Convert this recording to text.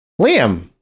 Liam